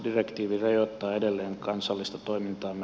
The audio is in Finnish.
direktiivi rajoittaa edelleen kansallista toimintaamme